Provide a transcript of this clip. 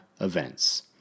events